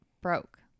broke